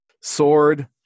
sword